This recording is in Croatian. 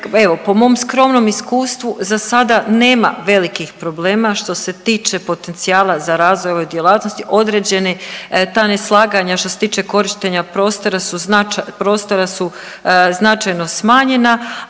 evo po mom skromnom iskustvu zasada nema velikih problema što se tiče potencijala za razvoj ove djelatnosti, određena ta neslaganja što se tiče nekorištenja prostora su znača…, prostora